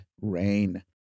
Rain